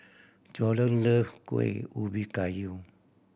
Jorden love Kuih Ubi Kayu